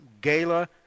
gala